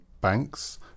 Banks